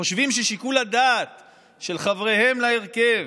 חושבים ששיקול הדעת של חבריהם להרכב,